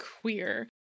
queer